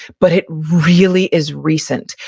but it really is recent,